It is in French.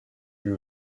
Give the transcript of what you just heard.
élu